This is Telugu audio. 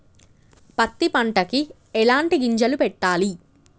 పత్తి పంటకి ఎలాంటి గింజలు పెట్టాలి?